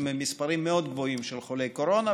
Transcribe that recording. עם מספרים מאוד גבוהים של חולי קורונה,